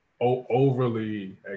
overly